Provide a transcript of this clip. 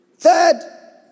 Third